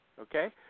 okay